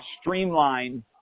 streamline